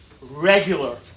Regular